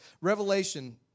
Revelation